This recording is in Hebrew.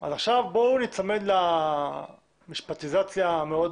אז עכשיו בואו ניצמד למשפטיזציה המאוד